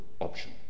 option